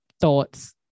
thoughts